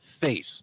face